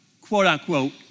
quote-unquote